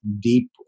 deeply